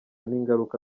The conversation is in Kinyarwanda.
n’ingaruka